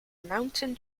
mountain